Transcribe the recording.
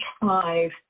five